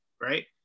right